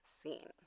scene